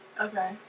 Okay